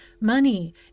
money